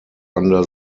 under